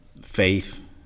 Faith